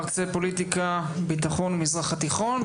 מרצה פוליטיקה וביטחון במשרד התיכון,